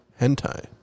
Hentai